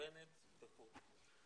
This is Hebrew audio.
מקוונת בחו"ל.